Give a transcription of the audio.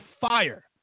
fire